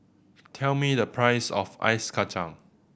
tell me the price of Ice Kachang